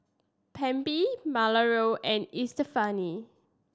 Malorie and Estefani